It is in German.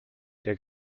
der